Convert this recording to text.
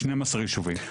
שניים עשר ישובים.